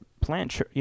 plant